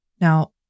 Now